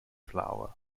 flower